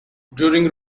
during